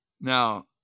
Now